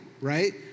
right